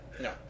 No